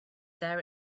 there